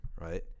right